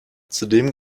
zudem